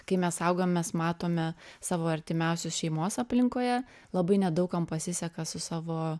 kai mes augam mes matome savo artimiausius šeimos aplinkoje labai nedaug kam pasiseka su savo